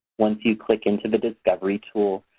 once you click into the discovery tool,